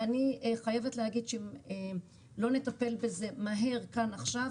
ואני חייבת להגיד שאם לא נטפל בזה מהר כאן ועכשיו,